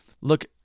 look